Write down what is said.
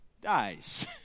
dies